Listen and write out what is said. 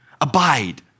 abide